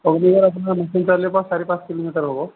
অগ্নিগড় আপোনাৰ মিচন চাৰিআলি পৰা চাৰি পাঁচ কিলোমিটাৰ হ'ব